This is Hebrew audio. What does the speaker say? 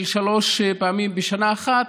שלוש פעמים בשנה אחת,